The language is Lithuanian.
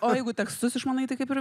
o jeigu tekstus išmanai tai kaip ir